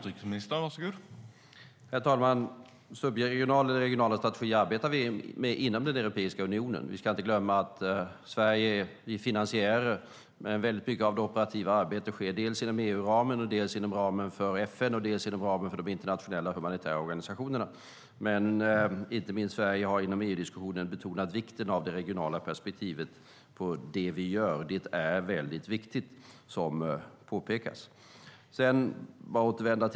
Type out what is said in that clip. Herr talman! Subregionala och regionala strategier arbetar vi med inom Europeiska unionen. Vi ska inte glömma att Sverige är finansiärer, men väldigt mycket av det operativa arbetet sker inom ramen för EU, FN respektive de internationella humanitära organisationerna. Sverige har inom EU-diskussionen betonat vikten av det regionala perspektivet i det vi gör. Det är väldigt viktigt, som påpekas.